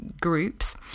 groups